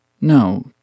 No